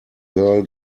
girl